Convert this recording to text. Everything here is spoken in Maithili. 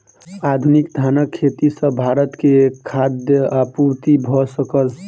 आधुनिक धानक खेती सॅ भारत के खाद्य आपूर्ति भ सकल